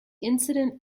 incident